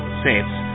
sets